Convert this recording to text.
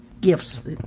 gifts